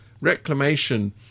reclamation